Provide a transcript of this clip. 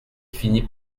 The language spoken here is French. finit